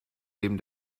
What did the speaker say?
neben